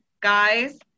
Guys